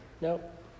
Nope